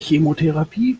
chemotherapie